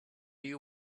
you